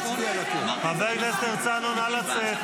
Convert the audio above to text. חבר הכנסת הרצנו, נא לצאת.